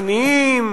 עניים?